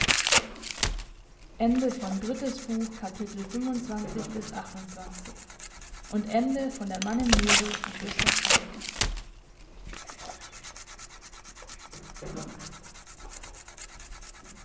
ebook der mann im